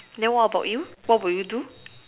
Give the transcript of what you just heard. then what about you what will you do